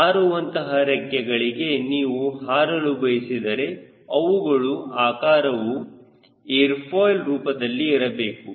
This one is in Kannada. ಹಾರುವಂತಹ ರೆಕ್ಕೆಗಳಿಗೆ ನೀವು ಹಾರಲು ಬಯಸಿದರೆ ಅವುಗಳ ಆಕಾರವು ಏರ್ ಫಾಯ್ಲ್ ರೂಪದಲ್ಲಿ ಇರಬೇಕು